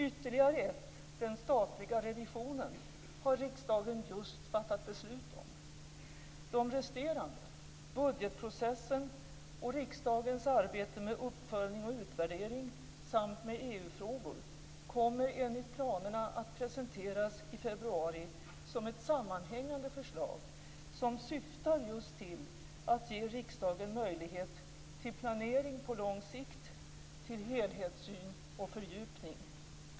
Ytterligare ett - den statliga revisionen - har riksdagen just fattat beslut om. De resterande - budgetprocessen och riksdagens arbete med uppföljning och utvärdering samt med EU-frågor - kommer enligt planerna att presenteras i februari som ett sammanhängande förslag, som syftar just till att ge riksdagen möjlighet till planering på lång sikt, till helhetssyn och fördjupning.